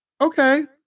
okay